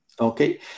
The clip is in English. Okay